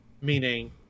meaning